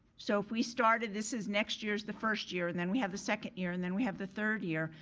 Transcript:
so, if we started this as next year is the first year and then we have the second year and then we have the third year.